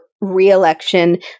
reelection